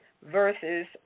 versus